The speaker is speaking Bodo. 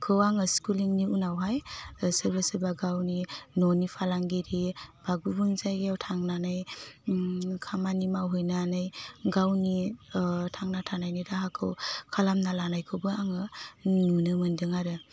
खौ आङो स्कुलिंनि उनावहाय सोरबा सोरबा गावनि ननि फालांगिरि बा गुबुन जायगायाव थांनानै खामानि मावहैनानै गावनि थांना थानायनि राहाखौ खालामना लानायखौबो आङो नुनो मोनदों आरो